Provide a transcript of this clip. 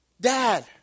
Dad